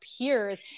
peers